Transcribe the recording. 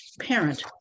parent